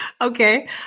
Okay